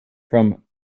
from